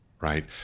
right